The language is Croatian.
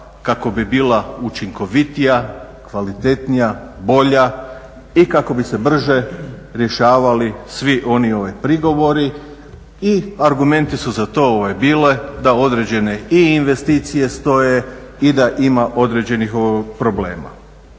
kako bi bila učinkovitija, kvalitetnija, bolja i kako bi se brže rješavali svi oni prigovori i argumenti su za to bili da određene i investicije stoje i da ima određenih problema.